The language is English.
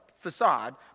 facade